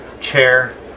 chair